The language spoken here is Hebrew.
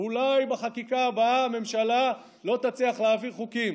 אולי בחקיקה הבאה הממשלה לא תצליח להעביר חוקים.